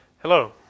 Hello